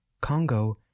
Congo